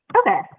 Okay